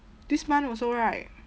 this month also right